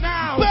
Now